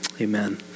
amen